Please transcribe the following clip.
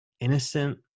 innocent